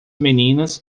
meninas